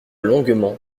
longuement